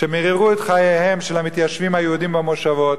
שמיררו את חייהם של המתיישבים היהודים במושבות,